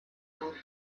auf